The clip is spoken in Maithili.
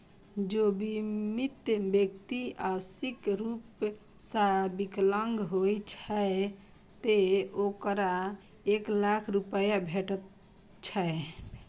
जौं बीमित व्यक्ति आंशिक रूप सं विकलांग होइ छै, ते ओकरा एक लाख रुपैया भेटै छै